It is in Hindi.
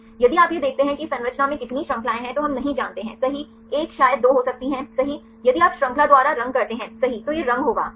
यदि आप यह देखते हैं कि इस संरचना में कितनी श्रृंखलाएं हैं तो हम नहीं जानते हैं सही 1 शायद 2 हो सकती है सही यदि आप श्रृंखला द्वारा रंग करते हैं सही तो यह रंग होगा सही